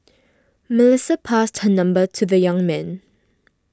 Melissa passed her number to the young man